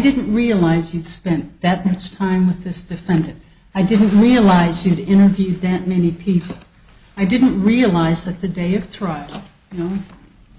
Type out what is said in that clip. didn't realize you spent that much time with this defendant i didn't realize you'd interviewed that many people i didn't realize that the day of trial you know